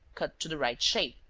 cut to the right shape.